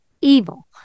evil